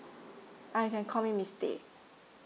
uh you can call me miss tay